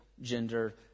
gender